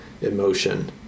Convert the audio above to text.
emotion